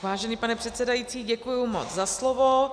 Vážený pane předsedající, děkuji moc za slovo.